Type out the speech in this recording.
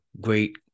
great